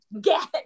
get